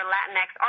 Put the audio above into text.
Latinx